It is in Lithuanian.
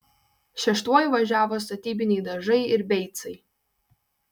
šeštuoju važiavo statybiniai dažai ir beicai